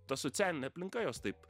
ta socialinė aplinka juos taip